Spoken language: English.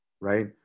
right